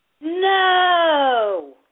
No